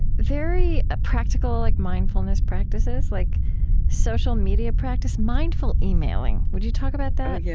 very ah practical like mindfulness practices like social media practice, mindful emailing. would you talk about that? yeah